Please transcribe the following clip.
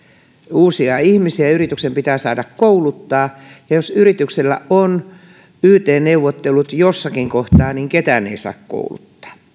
uusia ihmisiä ja yrityksen pitää saada kouluttaa ja jos yrityksellä on yt neuvottelut jossakin kohtaa niin ketään ei saa kouluttaa